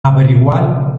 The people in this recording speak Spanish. averiguar